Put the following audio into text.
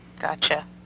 gotcha